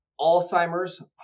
Alzheimer's